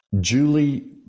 Julie